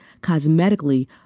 cosmetically